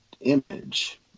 image